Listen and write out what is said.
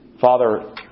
Father